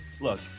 look